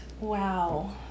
wow